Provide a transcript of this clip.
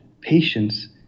patience